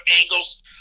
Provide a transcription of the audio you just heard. angles